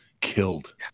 Killed